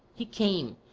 he came,